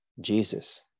Jesus